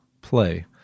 play